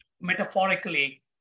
metaphorically